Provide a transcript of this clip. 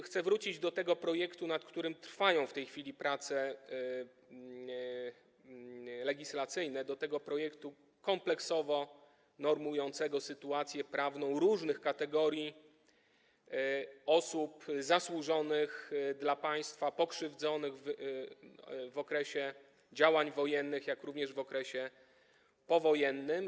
Chcę wrócić do projektu, nad którym trwają w tej chwili prace legislacyjne, do tego projektu kompleksowo normującego sytuację prawną osób różnych kategorii zasłużonych dla państwa, pokrzywdzonych w okresie działań wojennych, jak również w okresie powojennym.